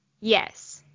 Yes